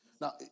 Now